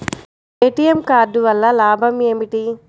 ATM card వల్ల లాభం ఏమిటి?